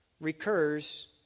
recurs